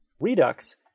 Redux